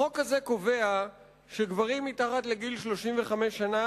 החוק הזה קובע שגברים מתחת לגיל 35 שנה,